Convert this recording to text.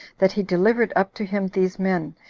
that he delivered up to him these men,